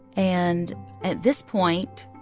and at this point,